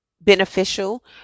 beneficial